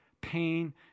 Pain